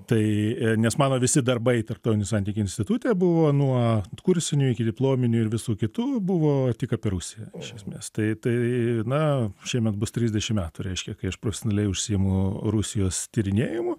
tai nes mano visi darbai tarptautinių santykių institute buvo nuo kursinių iki diplominių ir visų kitų buvo tik apie rusiją iš esmės tai tai na šiemet bus trisdešim metų reiškia kai aš profesionaliai užsiimu rusijos tyrinėjimu